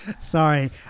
Sorry